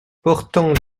portant